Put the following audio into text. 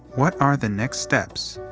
what are the next steps?